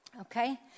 okay